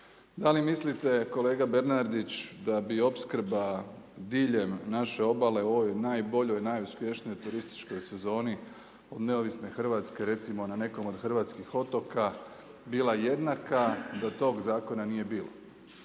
Da li mislite kolega Bernardić da bi opskrba diljem naše obale u ovoj najboljoj, najuspješnijoj turističkoj sezoni od neovisne Hrvatske recimo na nekom od hrvatskih otoka bila jednaka da tog zakona nije bilo?